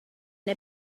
neu